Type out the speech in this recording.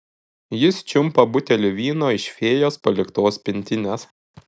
jis čiumpa butelį vyno iš fėjos paliktos pintinės